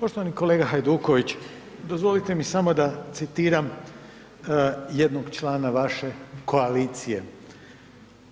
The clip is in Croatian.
Poštovani kolega Hajduković, dozvolite mi samo da citiram jednog člana vaše koalicije: